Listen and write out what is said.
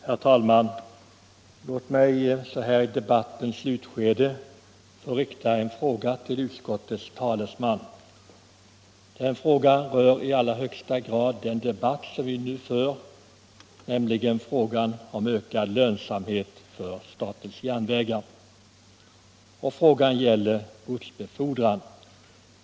Herr talman! Låt mig i debattens slutskede få rikta en fråga till utskottets talesman. Denna fråga rör i allra högsta grad den debatt som vi nu för om ökad lönsamhet för SJ. Frågan gäller SJ:s godsbefordran.